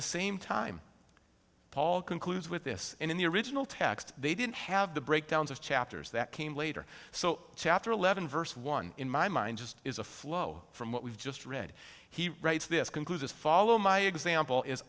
the same time paul concludes with this in the original text they didn't have the breakdowns of chapters that came later so chapter eleven verse one in my mind just is a flow from what we've just read he writes this concludes as follow my example is